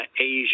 Asia